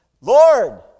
Lord